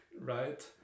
right